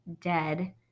dead